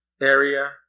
area